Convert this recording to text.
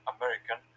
American